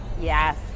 Yes